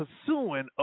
pursuing